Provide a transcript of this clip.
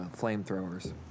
flamethrowers